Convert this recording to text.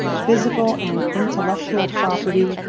physical, an intellectual property,